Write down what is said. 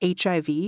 HIV